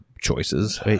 choices